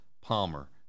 Palmer